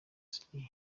siriya